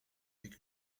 avec